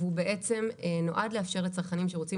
הוא בעצם נועד לאפשר לצרכנים שרוצים